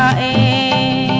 a